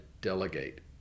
delegate